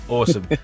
Awesome